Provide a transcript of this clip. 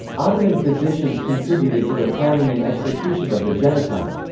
ottoman physicians contributed to the planning and execution of the genocide.